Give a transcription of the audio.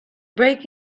break